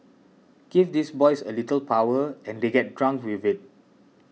give these boys a little power and they get drunk with it